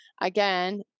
Again